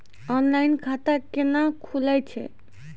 Online खाता केना खुलै छै?